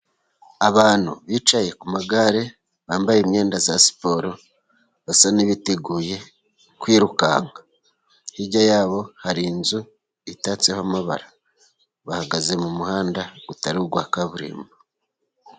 Abantu bicaye ku magare bambaye imyenda ya siporo basa nabiteguye kwirukanka. Hirya yabo hari inzu itatseho amabara, bahagaze mu muhanda utari uwa kaburimbo.